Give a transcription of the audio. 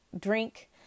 drink